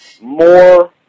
more